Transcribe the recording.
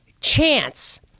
chance